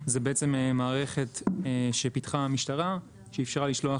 שזאת מערכת שפיתחה המשטרה ואפשרה לשלוח